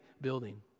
building